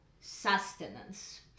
sustenance